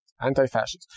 anti-fascist